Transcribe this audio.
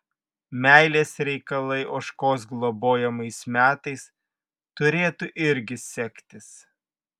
meilės reikalai ožkos globojamais metais turėtų irgi sektis